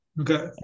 Okay